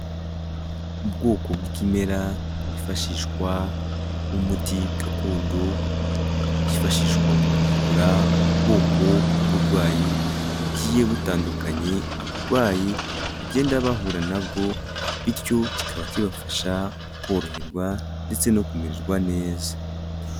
Ubwoko bw'imerara hifashishwa nk'umuti gakondo, ukifashishwa mu kuvura ubwoko bw'uburwayi bugiye butandukanye, abarwayi bagenda bahura nabwo, bityo kikaba kibafasha koroherwa ndetse no kumererwa neza.